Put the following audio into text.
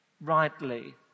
rightly